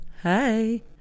Hi